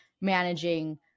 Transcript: managing